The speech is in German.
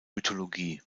mythologie